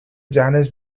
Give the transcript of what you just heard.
janis